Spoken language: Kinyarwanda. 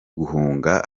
guhunga